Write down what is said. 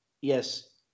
yes